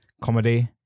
comedy